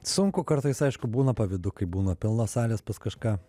sunku kartais aišku būna pavydu kai būna pilnos salės pas kažką